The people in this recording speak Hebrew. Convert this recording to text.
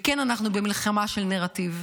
וכן, אנחנו במלחמה של נרטיב.